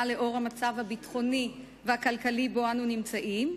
לאור המצב הביטחוני והכלכלי שבו אנו נמצאים.